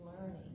learning